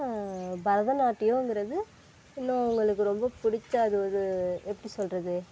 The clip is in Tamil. பரதநாட்டியங்கிறது இன்னும் அவங்களுக்கு ரொம்ப பிடிச்ச அது இது எப்படி சொல்வது